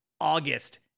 August